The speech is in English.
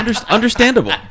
Understandable